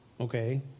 okay